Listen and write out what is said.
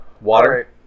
Water